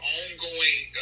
ongoing